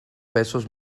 pesos